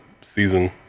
season